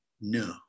No